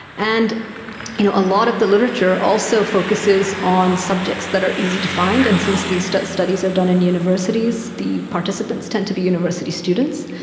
and you know a lot of the literature also focuses on subjects that are easy to find, and since these studies are done in universities, the participants tend to be university students.